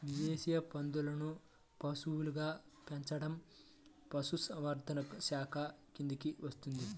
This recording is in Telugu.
దేశీయ పందులను పశువులుగా పెంచడం పశుసంవర్ధక శాఖ కిందికి వస్తుంది